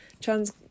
trans